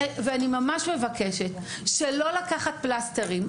אני ממש מבקשת שלא לקחת פלסטרים,